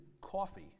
coffee